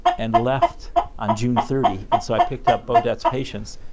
and left on june thirty. and so, i picked up beaudet's patients,